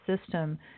system